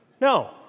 No